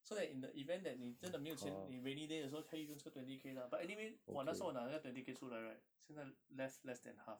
so that in the event that 你真的没有钱 in rainy day 的时候可以用这个 twenty K lah but anyway 我那时候我拿那个 twenty K 出来 right 现在 left less than half ah